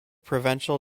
provincial